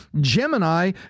Gemini